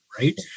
right